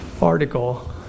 article